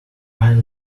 finely